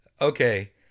Okay